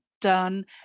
done